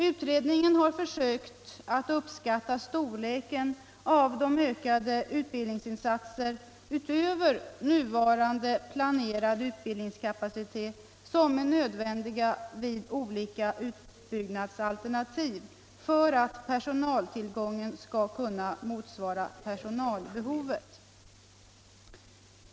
Utredningen har försökt att uppskatta storleken av de ökade utbildningsinsatser, utöver nuvarande planerad utbildningskapacitet, som är nödvändiga vid olika utbyggnadsalternativ för att personaltillgången skall kunna motsvara personalbehovet.